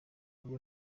byo